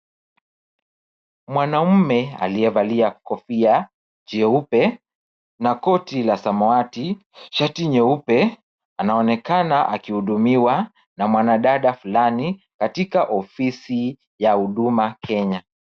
Mwanamume aliyevalia kofia jeupe na koti la samawati, shati nyeupe anaonekana akihudumiwa na mwanadada fulani katika ofisi ya Huduma Kenya.